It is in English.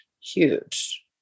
huge